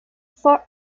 for